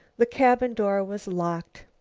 the cabin door was locked.